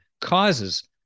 causes